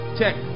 check